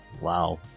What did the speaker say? wow